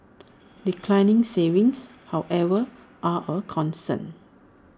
declining savings however are A concern